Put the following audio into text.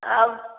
आउ